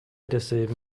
desselben